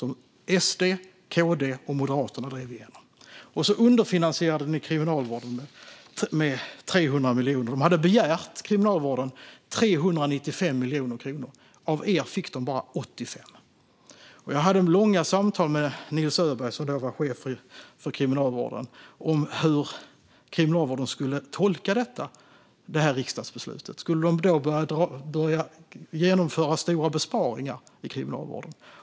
Det var SD, KD och Moderaterna som drev igenom detta. Sedan underfinansierade ni Kriminalvården med 300 miljoner. Kriminalvården hade begärt 395 miljoner kronor. Av er fick de bara 85. Jag hade långa samtal med Nils Öberg, som då var chef för Kriminalvården, om hur Kriminalvården skulle tolka riksdagsbeslutet. Skulle de börja genomföra stora besparingar i Kriminalvården?